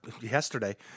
yesterday